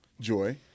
Joy